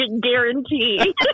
guarantee